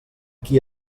qui